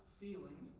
feeling